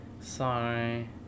sorry